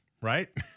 right